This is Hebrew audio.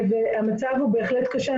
המצב הוא בהחלט קשה.